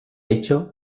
hecho